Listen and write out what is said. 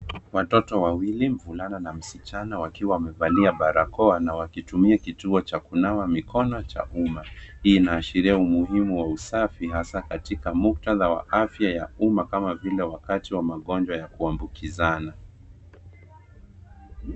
Watoto wawili, mvulana na msichana wakiwa wamevalia barakoa na wakitumia kituo cha kunawa mikono cha umma. Hii inaashiria umuhimu wa usafi, hasa katika muktadha wa afya ya umma kama vile wakati wa magonjwa ya kuambukizana.